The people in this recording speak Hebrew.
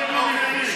רוצה, ועוד לא נתתם.